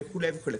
וכולי-וכולי.